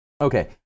Okay